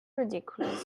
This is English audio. ridiculous